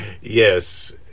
Yes